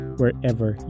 wherever